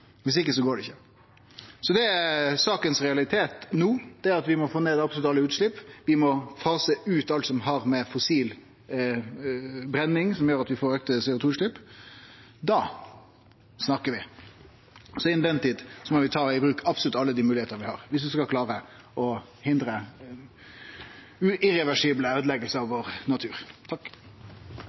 ikkje. Realiteten i saka no er at vi må få ned absolutt alle utslepp, vi må fase ut alt som har å gjere med fossil brenning, og som gjer at vi får auka CO 2 -utslepp. Da snakkar vi. Så innan den tid må vi ta i bruk absolutt alle dei moglegheitene vi har, viss vi skal klare å hindre irreversible øydeleggingar av naturen vår.